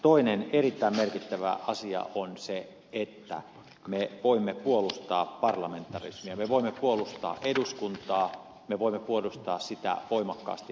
toinen erittäin merkittävä asia on se että me voimme puolustaa parlamentarismia me voimme puolustaa eduskuntaa me voimme puolustaa sitä voimakkaasti ja vahvasti